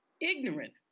ignorant